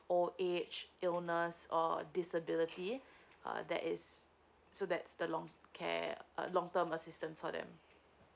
old age illness or disability uh that is so that's the longs care uh long term assistance for them